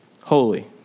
holy